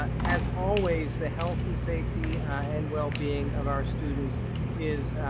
as always, the health and safety and well being of our students is,